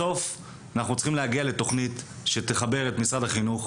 בסוף אנחנו צריכים להגיע לתכנית שתחבר את משרד החינוך,